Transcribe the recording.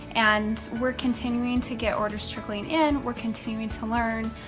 and we're continuing to get orders trickling in, we're continuing to learn.